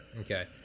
okay